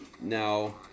Now